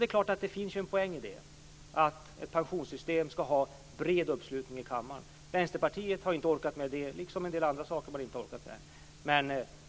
Det är klart att det finns en poäng i ett pensionssystem bakom vilket det finns en bred uppslutning i riksdagens kammare. Vänsterpartiet har inte orkat med det och inte heller med en del andra saker.